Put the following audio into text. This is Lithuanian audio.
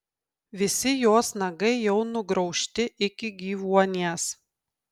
visi jos nagai jau nugraužti iki gyvuonies